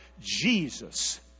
Jesus